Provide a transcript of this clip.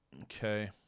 Okay